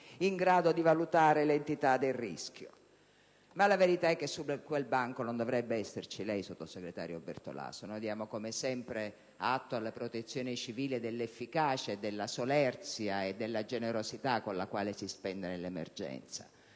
in grado di valutare l'entità del rischio. Ma la verità è che su quel banco non dovrebbe esserci lei, signor Sottosegretario. Diamo come sempre atto alla Protezione civile dell'efficacia, della solerzia e della generosità con la quale si spende nell'emergenza;